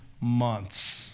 months